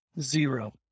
Zero